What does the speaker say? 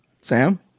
Sam